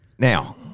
Now